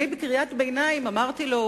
בקריאת ביניים קראתי לעברו: